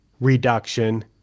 reduction